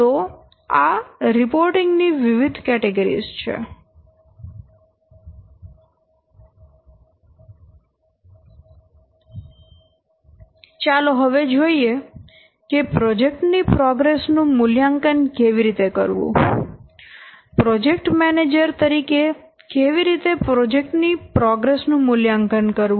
તો આ રિપોર્ટિંગ ની વિવિધ કેટેગરીઝ છે હવે ચાલો જોઈએ કે પ્રોજેક્ટ ની પ્રોગ્રેસ નું મૂલ્યાંકન કેવી રીતે કરવું પ્રોજેક્ટ મેનેજર તરીકે કેવી રીતે પ્રોજેક્ટ ની પ્રોગ્રેસ નું મૂલ્યાંકન કરવું